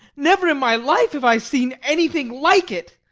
never in my life have i seen anything like it!